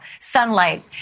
sunlight